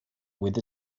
with